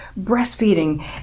breastfeeding